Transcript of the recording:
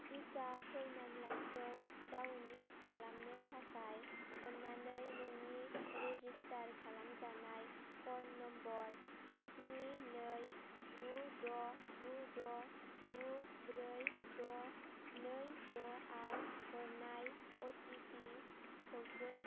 टिका फोरमानलाइखौ डाउनल'ड खालामनो थाखाय अन्नानै नोंनि रेजिस्टार खालामजानाय फ'न नम्बर स्नि नै गु द' गु द' गु ब्रै द' नै द'आव हरनाय अटिपिखौ सो